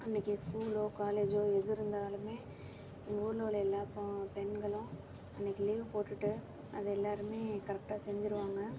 அன்றைக்கி ஸ்கூலோ காலேஜோ எது இருந்தாலுமே ஊர்ல உள்ள எல்லாப் பொ பெண்களும் அன்றைக்கி லீவு போட்டுட்டு அதை எல்லாருமே கரக்ட்டாக செஞ்சிடுவாங்க